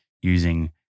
using